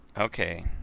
Okay